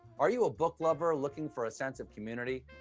are you a book lover looking for a sense of community?